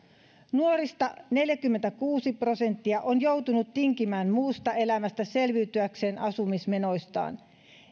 nuorista neljäkymmentäkuusi prosenttia on joutunut tinkimään muusta elämästä selviytyäkseen asumismenoistaan